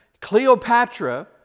Cleopatra